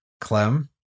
Clem